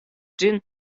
ĝin